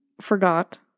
forgot